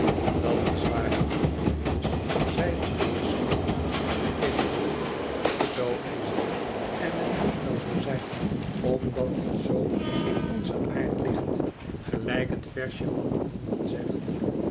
dat is waar liefjes zeide mijnheer skimpole is het niet zoo is het en het moet wel zoo zijn omdat het zoo in onzen aard ligt gelijk het versje van de honden